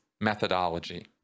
methodology